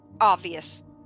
obvious